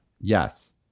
Yes